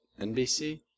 NBC